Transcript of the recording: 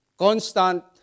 constant